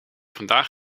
vandaag